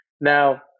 Now